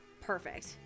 perfect